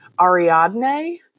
Ariadne